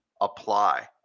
apply